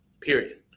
Period